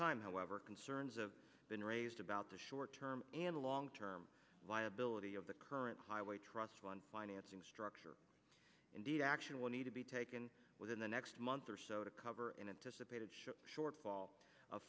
time however concerns of been raised about the short term and long term viability of the current highway trust financing structure indeed action will need to be taken within the next month or so to cover an anticipated shortfall